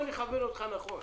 אכוון אותך נכון